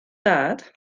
dad